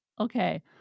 Okay